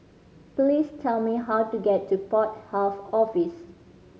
please tell me how to get to Port Health Office